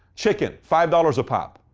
chicken, five dollars a pop.